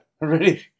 Ready